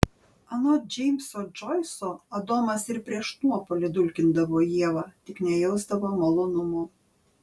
anot džeimso džoiso adomas ir prieš nuopuolį dulkindavo ievą tik nejausdavo malonumo